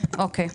אוקיי.